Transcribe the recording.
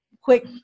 quick